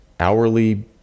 hourly